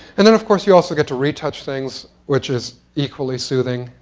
and then, of course, you also get to retouch things, which is equally soothing.